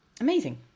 Amazing